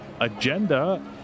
agenda